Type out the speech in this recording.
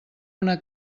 una